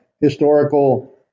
historical